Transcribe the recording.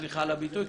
סליחה על הביטוי,